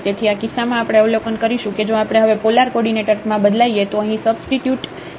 તેથી આ કિસ્સામાં આપણે અવલોકન કરીશું કે જો આપણે હવે પોલાર કોડિનેટરમાં બદલાઇએ તો અહીં સબસ્ટીટ્યુટ કરીશું